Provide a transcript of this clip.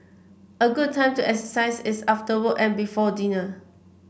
a good time to exercise is after work and before dinner